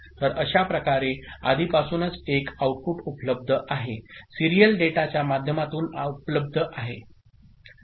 तर अशा प्रकारे आधीपासूनच एक आऊटपुट उपलब्ध आहे सिरियल डेटाच्या माध्यमातून उपलब्ध आहे